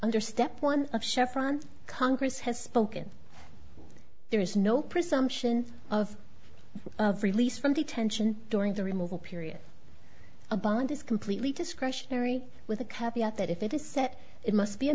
under step one of chevron's congress has spoken there is no presumption of of released from detention during the removal period a bond is completely discretionary with the that if it is set it must be a